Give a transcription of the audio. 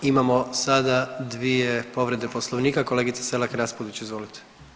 Imamo sada dvije povrede poslovnika, kolegice Selak Raspudić, izvolite.